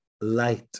light